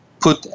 put